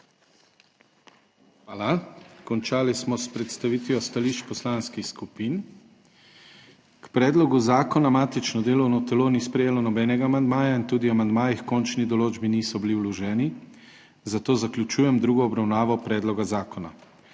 Hvala. Končali smo s predstavitvijo stališč poslanskih skupin. K predlogu zakona matično delovno telo ni sprejelo nobenega amandmaja in tudi amandmaji h končni določbi niso bili vloženi, zato zaključujem drugo obravnavo predloga zakona.